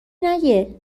نگه